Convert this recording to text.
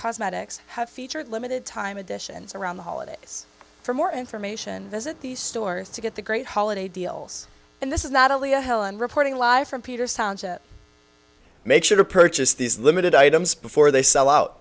cosmetics have featured limited time additions around the holidays for more information visit these stores to get the great holiday deals and this is not only a helen reporting live from peter make sure to purchase these limited items before they sell out